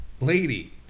lady